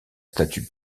statue